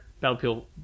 Battlefield